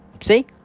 See